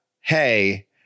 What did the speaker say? hey